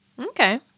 Okay